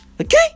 Okay